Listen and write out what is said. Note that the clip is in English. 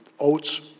oats